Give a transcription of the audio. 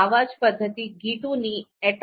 આવા જ પદ્ધતિ ગિટુની એટ